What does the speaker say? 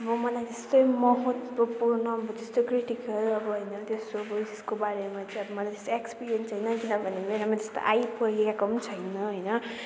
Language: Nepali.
अब मलाई त्यस्तो महत्त्वपूर्ण अब त्यस्तो क्रिटिकल अब होइन त्यस्तो अब उयेसको बारेमा चाहिँ अब मलाई त्यस्तो एक्सपिरियन्स छैन किनभने मेरोमा त्यस्तो आई परेको पनि छैन होइन